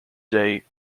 day